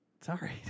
Sorry